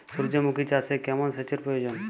সূর্যমুখি চাষে কেমন সেচের প্রয়োজন?